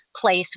place